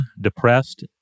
depressed